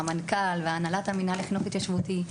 המנכ"ל והנהלת המינהל לחינוך התיישבותי,